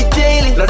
daily